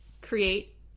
create